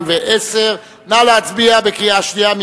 נא להצביע בקריאה שנייה.